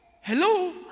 Hello